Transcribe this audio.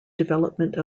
development